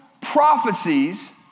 prophecies